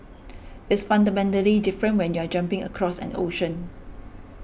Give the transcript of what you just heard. it's fundamentally different when you're jumping across an ocean